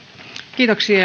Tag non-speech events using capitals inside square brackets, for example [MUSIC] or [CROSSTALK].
kiitoksia [UNINTELLIGIBLE]